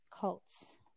cults